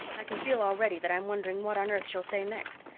i can feel already that i'm wondering what on earth she'll say next.